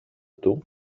του